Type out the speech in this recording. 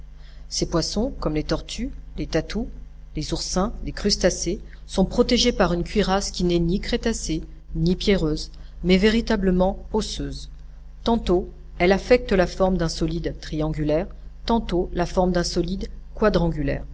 ces poissons comme les tortues les tatous les oursins les crustacés sont protégés par une cuirasse qui n'est ni crétacée ni pierreuse mais véritablement osseuse tantôt elle affecte la forme d'un solide triangulaire tantôt la forme d'un solide